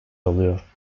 alıyor